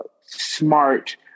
smart